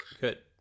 Good